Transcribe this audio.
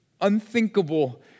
unthinkable